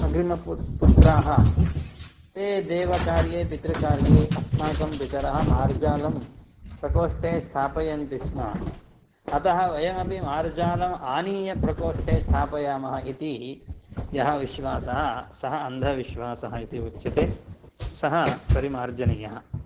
अग्रीम पुत्राः ते देवकार्ये पितृकार्ये अस्माकं पितरः मार्जालं प्रकोष्ठे स्थापयन्ति स्म अतः वयमपि मार्जालम् आनीय प्रकोष्ठे स्थापयामः इति यः विश्वासः सः अन्धविश्वासः इति उच्यते सः परिमार्जनीयः